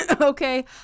okay